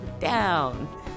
down